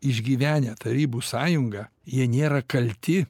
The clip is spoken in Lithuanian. išgyvenę tarybų sąjungą jie nėra kalti